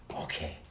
Okay